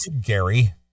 gary